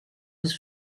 his